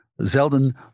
Zeldin